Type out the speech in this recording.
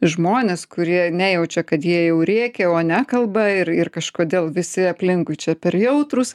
žmones kurie nejaučia kad jie jau rėkia o nekalba ir ir kažkodėl visi aplinkui čia per jautrūs